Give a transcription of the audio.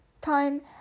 time